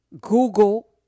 Google